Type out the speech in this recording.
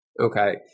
Okay